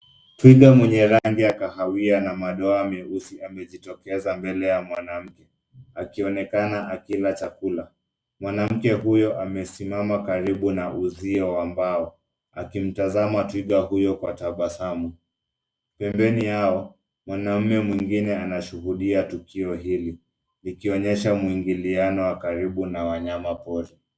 Twiga mwenye rangi ya kahawia na madoa meusi amejitokeza mbele ya mwanamke akionekana akila chakula. Mwanamke huyo amesimama karibu na uzio wa mbao akimtazama twiga huyo kwa tabasamu. Pembeni yao, mwanamme mwingine anashuhudia tukio hili likionyesha muingiliano wa karibu na wanyamapori.